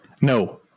No